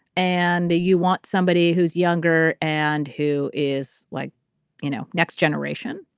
and you want somebody who's younger and who is like you know next generation.